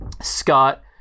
Scott